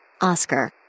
Oscar